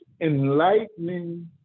enlightening